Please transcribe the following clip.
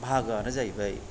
बाहागोआनो जाहैबाय